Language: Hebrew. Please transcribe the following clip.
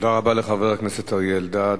תודה רבה לחבר הכנסת אריה אלדד.